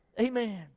amen